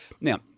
Now